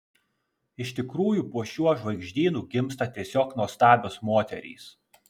iš tikrųjų po šiuo žvaigždynu gimsta tiesiog nuostabios moterys